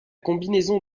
combinaison